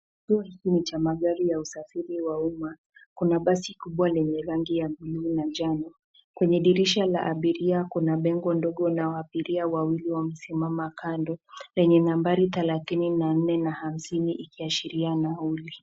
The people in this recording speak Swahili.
Hiki ni kituo cha magari ya usafiri wa umma. Kuna basi kubwa lenye rangi ya bluu na njano. Kwenye dirisha la abiria kuna bango ndogo na abiria wawili wamesimama kando lenye nambari thelathini na nne na hamsini ikiashiria nauli.